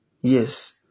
Yes